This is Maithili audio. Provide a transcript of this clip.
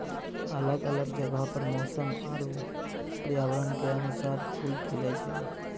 अलग अलग जगहो पर मौसम आरु पर्यावरण क अनुसार फूल खिलए छै